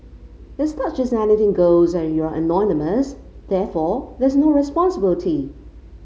it's not just anything goes and you're anonymous therefore there's no responsibility